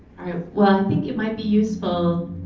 i ah think it might be useful